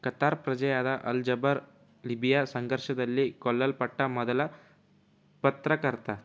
Qatar ಪ್ರಜೆಯಾದ Al Jaber Libya ಸಂಘರ್ಷದಲ್ಲಿ ಕೊಲ್ಲಲ್ಪಟ್ಟ ಮೊದಲ ಪತ್ರಕರ್ತ